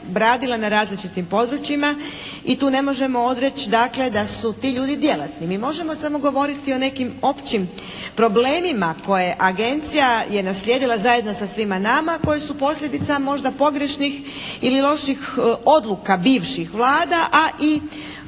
obradila na različitim područjima. I tu ne može reći dakle da su ti ljudi djelatni. Mi možemo samo govoriti o nekim općim problemima koje agencija je naslijedila zajedno sa svima nama koji su posljedica možda pogrešnih ili loših odluka bivših vlada, a i